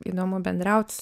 įdomu bendraut